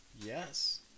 Yes